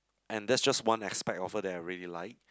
and that's just one aspect of her that I really like